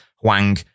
Huang